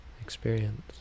experience